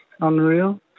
unreal